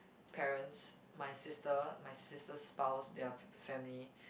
parents my sister my sister's spouse their family